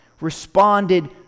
responded